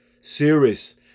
series